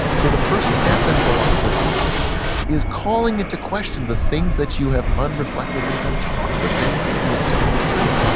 so the first step in philosophy is calling into the question the things that you have unreflectively been taught, the things that you assumed were true.